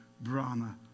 Brahma